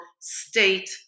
state